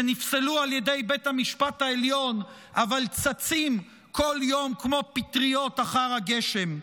שנפסלו על ידי בית המשפט העליון אבל צצים כל יום כמו פטריות אחר הגשם.